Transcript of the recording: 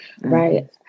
right